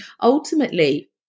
Ultimately